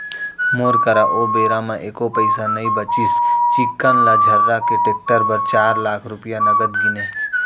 मोर करा ओ बेरा म एको पइसा नइ बचिस चिक्कन ल झर्रा के टेक्टर बर चार लाख रूपया नगद गिनें